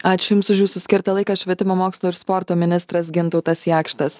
ačiū jums už jūsų skirtą laiką švietimo mokslo ir sporto ministras gintautas jakštas